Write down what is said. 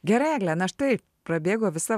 gerai egle na štai prabėgo visa